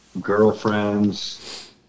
girlfriends